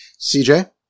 CJ